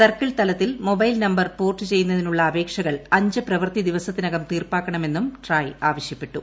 circle തലത്തിൽ mobile number port ചെയ്യുന്നതിനുള്ള അപേക്ഷകൾ അഞ്ച് പ്രവൃത്തി ദിവസത്തിനകം തീർപ്പാക്കണമെന്നും ട്രായ് ആവശ്യപ്പെട്ടു